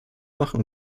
machen